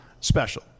special